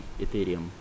Ethereum